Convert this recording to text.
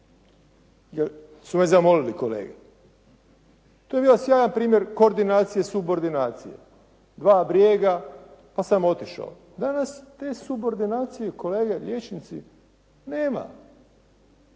jer su me zamolili kolege. To je bio sjajan primjer koordinacije, subordinacije. Dva brijega pa sam otišao. Danas te subordinacije kolege liječnici nema.